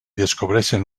descobreixen